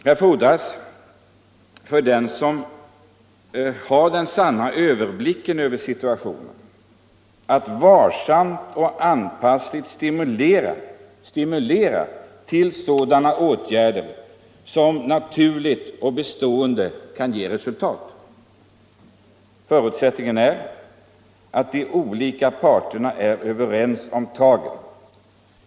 Här fordras av den som har en sann överblick över situationen att varsamt stimulera till sådana åtgärder som naturligt och bestående kan ge resultat. Förutsättningen är att parterna är överens om tagen.